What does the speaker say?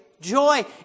joy